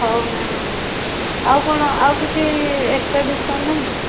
ହଉ ମ୍ୟାମ୍ ଆଉ କ'ଣ ଆଉ କିଛି ଏକ୍ସଟ୍ରା ଡ଼ିସକାଉଣ୍ଟ୍ ନାହିଁ